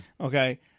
okay